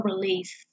release